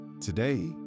Today